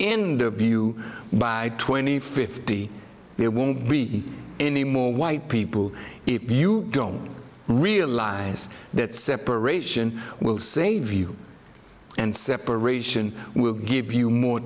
end of you by twenty fifty there won't be any more white people if you don't realize that separation will save you and separation will give you more